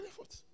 effort